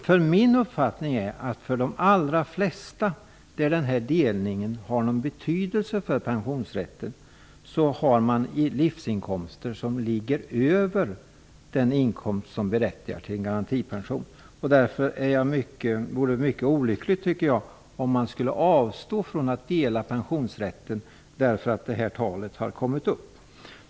Men min uppfattning är att de allra flesta som denna delning av pensionsrätten har någon betydelse för har livsinkomster som ligger över den inkomst som berättigar till en garantipension. Det vore därför mycket olyckligt om man skulle avstå från att dela pensionsrätten därför att detta tal kommit upp.